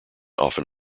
often